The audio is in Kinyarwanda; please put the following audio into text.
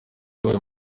yabaye